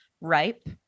ripe